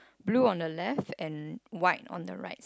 blue on the left and white on the right